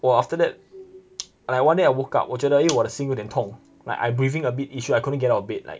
我 after that !aiya! one day I woke up 我觉得因为我的心有点痛 like I breathing a bit issue I couldn't get out of bed like